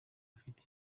afite